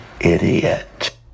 idiot